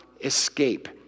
escape